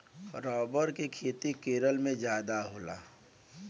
rubber के खेती केरल में जादा होला